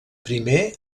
primer